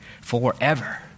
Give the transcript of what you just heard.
forever